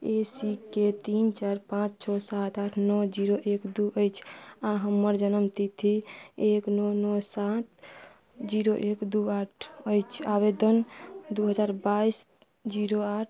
ए C के तीन चारि पाँच छओ सात आठ नओ जीरो एक दुइ अछि आओर हमर जनमतिथि एक नओ नओ सात जीरो एक दुइ आठ अछि आवेदन दुइ हजार बाइस जीरो आठ